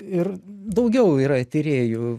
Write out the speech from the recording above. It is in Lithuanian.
ir daugiau yra tyrėjų